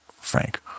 Frank